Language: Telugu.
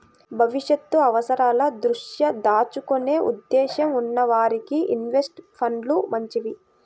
భవిష్యత్తు అవసరాల దృష్ట్యా దాచుకునే ఉద్దేశ్యం ఉన్న వారికి ఇన్వెస్ట్ ఫండ్లు మంచివి